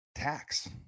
Tax